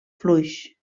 fluix